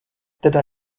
teda